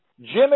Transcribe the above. Jimmy